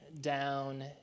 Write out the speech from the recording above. down